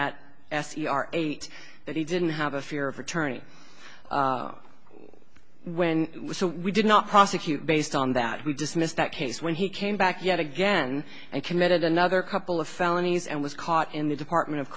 at s u r eight that he didn't have a fear of attorney when we did not prosecute based on that he dismissed that case when he came back yet again and committed another couple of felonies and was caught in the department of